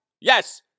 Yes